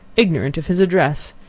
ignorant of his address!